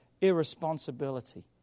irresponsibility